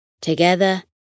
Together